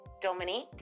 Dominique